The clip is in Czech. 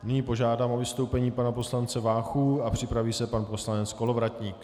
Nyní požádám o vystoupení pana poslance Váchu a připraví se pan poslanec Kolovratník.